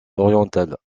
orientale